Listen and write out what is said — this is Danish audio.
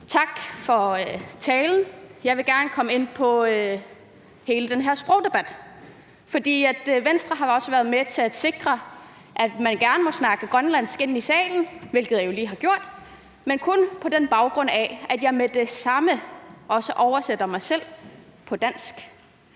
Tak for talen. Jeg vil gerne komme ind på hele den her sprogdebat. For Venstre har også været med til at sikre, at man gerne må snakke grønlandsk i salen, hvilket jeg jo lige har gjort, men kun, hvis jeg med det samme oversætter det, jeg har